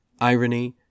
Irony